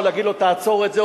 או להגיד לו: תעצור את זה,